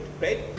right